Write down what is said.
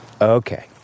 Okay